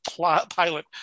pilot